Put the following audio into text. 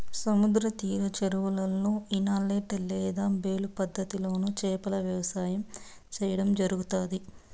సముద్ర తీర చెరువులలో, ఇనలేట్ లేదా బేలు పద్ధతి లోను చేపల వ్యవసాయం సేయడం జరుగుతాది